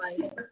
right